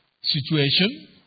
situation